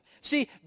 See